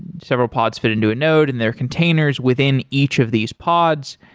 several pods fit into a node and their containers within each of these pods.